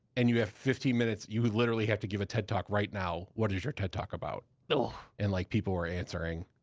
and you have fifteen minutes. you literally have to give a ted talk right now. what is your ted talk about? and like, people were answering.